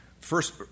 first